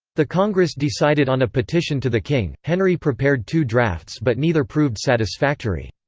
the congress decided on a petition to the king henry prepared two drafts but neither proved satisfactory.